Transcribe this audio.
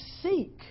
seek